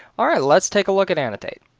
all right, let's take a look at annotate.